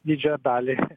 didžiąją dalį